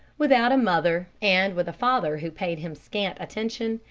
without a mother, and with a father who paid him scant attention,